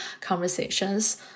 conversations